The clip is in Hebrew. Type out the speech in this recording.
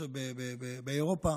באירופה.